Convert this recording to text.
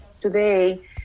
today